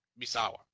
Misawa